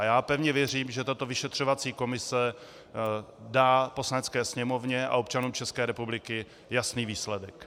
Já pevně věřím, že tato vyšetřovací komise dá Poslanecké sněmovně a občanům České republiky jasný výsledek.